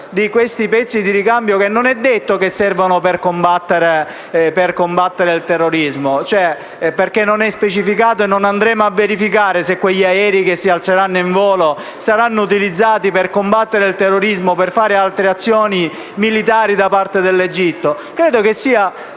finalità dell'emendamento; non è detto che servano per combattere il terrorismo, perché questo non è specificato e noi non andremo a verificare se quegli aerei che si alzeranno in volo saranno utilizzati per combattere il terrorismo o per compiere altre azioni militari da parte dell'Egitto. Credo che sia